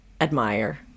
admire